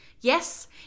Yes